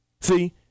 See